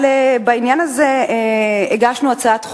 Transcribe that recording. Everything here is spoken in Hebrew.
בעניין הזה הגשנו הצעת חוק,